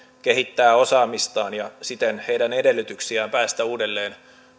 kehittää osaamistaan ja siten heidän edellytyksiään päästä uudelleen